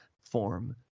form